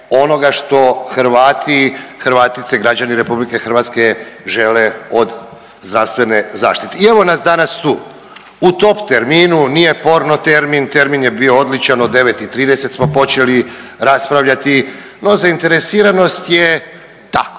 onoga što Hrvati i Hrvatice i građani RH žele od zdravstvene zaštite i evo nas danas tu u top terminu, nije porno termin, termin je bio odličan, od 9 i 30 smo počeli raspravljati, no zainteresiranost je tako,